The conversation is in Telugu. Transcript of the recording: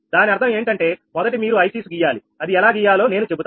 దాని అర్థం ఏంటంటే మొదట మీరు ICs గీయ్యాలి అది ఎలా గీయాలో నేను చెబుతాను